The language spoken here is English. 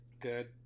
Good